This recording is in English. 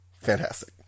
fantastic